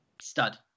Stud